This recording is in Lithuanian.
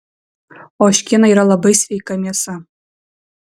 ožkiena yra labai sveika mėsa